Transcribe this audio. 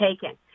taken